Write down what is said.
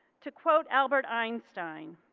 to quote albert einstein,